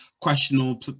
questionable